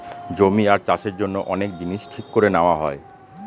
জমি আর চাষের জন্য অনেক জিনিস ঠিক করে নেওয়া হয়